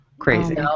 Crazy